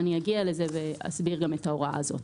אני אגיע לזה ואסביר גם את ההוראה הזאת.